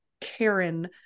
Karen